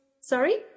Sorry